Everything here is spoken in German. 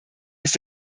ist